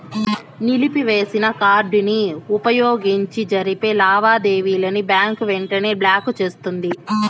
నిలిపివేసిన కార్డుని వుపయోగించి జరిపే లావాదేవీలని బ్యాంకు వెంటనే బ్లాకు చేస్తుంది